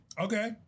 Okay